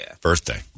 birthday